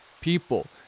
people